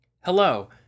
Hello